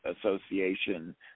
association